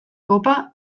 kopa